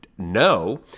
no